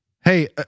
Hey